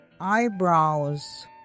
eyebrows